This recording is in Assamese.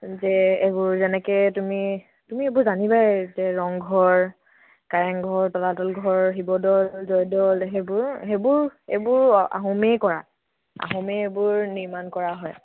যে এইবোৰ যেনেকৈ তুমি তুমি এইবোৰ জানিবাই যে ৰংঘৰ কাৰেংঘৰ তলাতলঘৰ শিৱদ'ল জয়দ'ল সেইবোৰ সেইবোৰ এইবোৰ আহোমেই কৰা আহোমেই এইবোৰ নিৰ্মাণ কৰা হয়